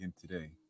today